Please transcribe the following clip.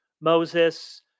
Moses